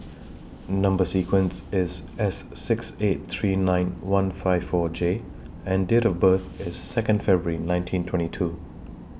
Number sequence IS S six eight three nine one five four J and Date of birth IS Second February nineteen twenty two